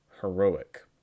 heroic